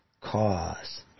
cause